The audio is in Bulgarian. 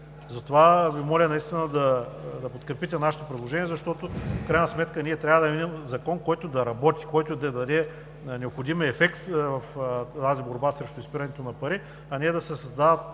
Затова наистина Ви моля да подкрепите нашето предложение, защото в крайна сметка ние трябва да видим закон, който да работи, който да даде необходимия ефект в тази борба срещу изпирането на пари, а не да се създават